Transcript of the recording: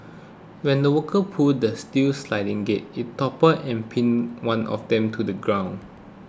when the workers pulled the steel sliding gate it toppled and pinned one of them to the ground